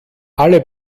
alle